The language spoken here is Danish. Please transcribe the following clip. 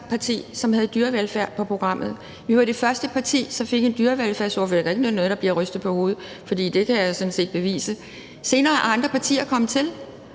parti, som havde dyrevelfærd på programmet. Vi var det første parti, som fik en dyrevelfærdsordfører – det kan ikke nytte noget, at der bliver rystet på hovedet, for det kan jeg sådan set bevise. Senere er andre partier kommet til,